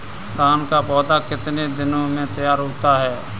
धान का पौधा कितने दिनों में तैयार होता है?